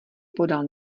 podal